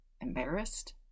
embarrassed